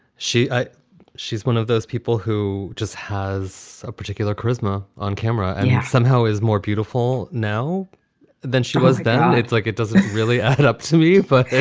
she she's one of those people who just has a particular charisma on camera and yeah somehow is more beautiful now than she was then it's like it doesn't really add up to me, but